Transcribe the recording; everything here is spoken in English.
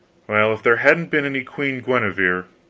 well, if there hadn't been any queen guenever,